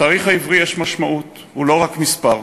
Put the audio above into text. לתאריך העברי יש משמעות, הוא לא רק מספר.